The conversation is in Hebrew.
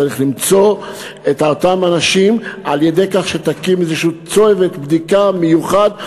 צריך למצוא את אותם אנשים על-ידי כך שתקים איזשהו צוות בדיקה מיוחד,